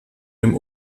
dem